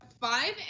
five